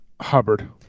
Hubbard